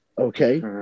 Okay